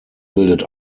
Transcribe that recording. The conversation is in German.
bildet